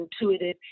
intuitive